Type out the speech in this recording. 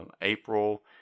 April